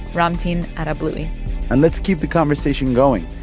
ramtin arablouei and let's keep the conversation going.